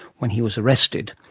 when he was arrested,